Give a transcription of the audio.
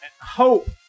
hope